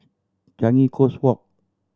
Changi Coast Walk